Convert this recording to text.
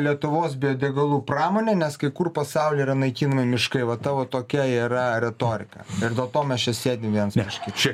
lietuvos biodegalų pramonę nes kai kur pasauly yra naikinami miškai va tavo tokia yra retorika ir dėl to mes čia sėdim viens prieš kitą